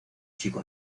chico